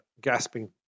gasping